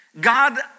God